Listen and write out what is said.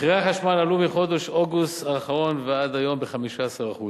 מחירי החשמל עלו מחודש אוגוסט האחרון ועד היום ב-15%.